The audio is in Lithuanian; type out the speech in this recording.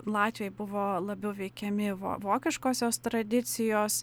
latviai buvo labiau veikiami vo vokiškosios tradicijos